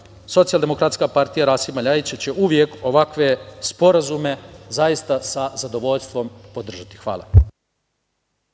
Socijaldemokratska partija Rasima Ljajića će uvek ovakve sporazume zaista sa zadovoljstvom podržati. Hvala.